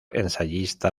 ensayista